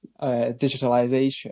digitalization